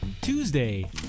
Tuesday